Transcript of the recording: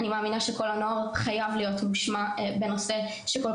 אני מאמינה שקול הנוער חייב להיות מושמע בנושא שכל